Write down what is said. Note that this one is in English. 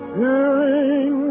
hearing